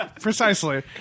Precisely